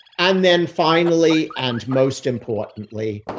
and then finally, and most importantly,